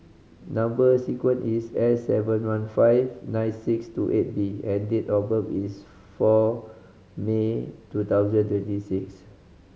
number sequence is S seven one five nine six two eight B and date of birth is four May two thousand twenty six